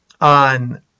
on